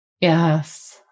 Yes